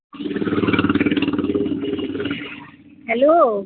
hello